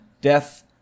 death